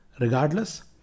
Regardless